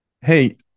hey